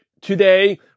today